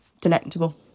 Delectable